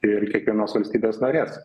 ir kiekvienos valstybės narės